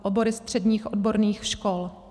Obory středních odborných škol.